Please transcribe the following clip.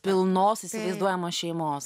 pilnos įsivaizduojamos šeimos